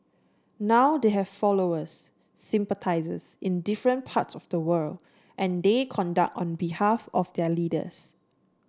now they have followers sympathisers in different parts of the world and they conduct on behalf of their leaders